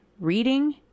reading